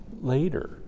later